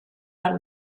are